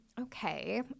Okay